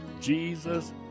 Jesus